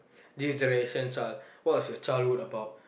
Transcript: this generation child what was your childhood about